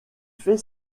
fait